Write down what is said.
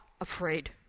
afraid